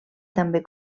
també